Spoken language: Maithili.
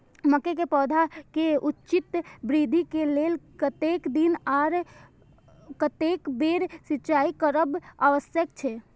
मके के पौधा के उचित वृद्धि के लेल कतेक दिन आर कतेक बेर सिंचाई करब आवश्यक छे?